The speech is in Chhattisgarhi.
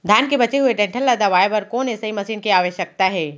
धान के बचे हुए डंठल ल दबाये बर कोन एसई मशीन के आवश्यकता हे?